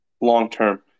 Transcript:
long-term